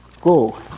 Go